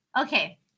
Okay